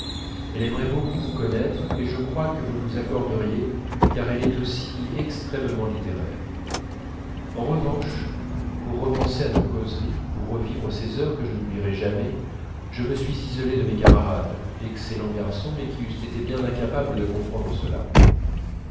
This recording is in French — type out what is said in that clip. elle aimerait beaucoup vous connaître et je crois que vous vous accorderiez car elle est aussi extrêmement littéraire en revanche pour repenser à nos causeries pour revivre ces heures que je n'oublierai jamais je me suis isolé de mes camarades excellents garçons mais qui eussent été bien incapables de comprendre cela